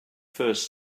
first